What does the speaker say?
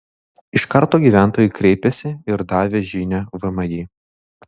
iš karto gyventojai kreipėsi ir davė žinią vmi